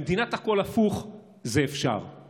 במדינת הכול הפוך זה אפשרי.